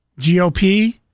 GOP